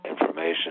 information